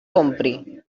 compri